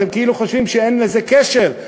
אתם חושבים שכאילו אין לזה קשר,